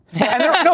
No